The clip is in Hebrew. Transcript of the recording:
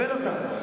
תקבל אותם.